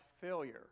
failure